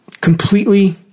completely